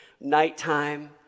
Nighttime